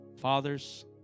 Fathers